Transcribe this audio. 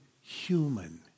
human